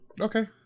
Okay